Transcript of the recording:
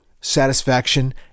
Satisfaction